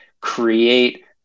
create